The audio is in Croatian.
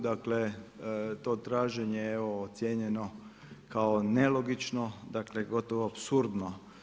Dakle, to traženje je ocijenjeno kao nelogično dakle gotovo apsurdno.